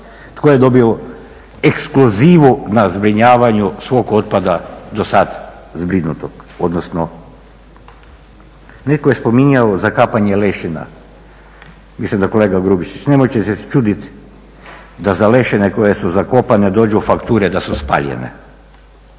Tko je dobio ekskluzivu na zbrinjavanju svog otpada do sad zbrinutog, odnosno, netko je spominjao zakapanje lešina, mislim da kolega Grubišić, nemojte se čudit da za lešine koje su zakopane dođu fakture da su spaljene.